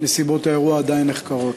נסיבות האירוע עדיין נחקרות.